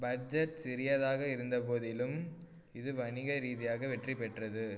budget சிறியதாக இருந்தபோதிலும் இது வணிக ரீதியாக வெற்றி பெற்றது